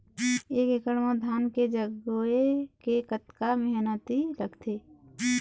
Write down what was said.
एक एकड़ म धान के जगोए के कतका मेहनती लगथे?